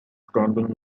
standing